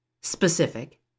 specific